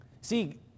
See